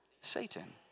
Satan